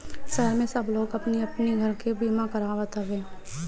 शहर में सब लोग अपनी अपनी घर के बीमा करावत हवे